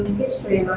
history